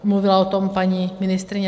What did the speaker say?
Mluvila o tom paní ministryně